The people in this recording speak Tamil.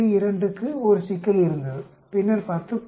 2 க்கு ஒரு சிக்கல் இருந்தது பின்னர் 10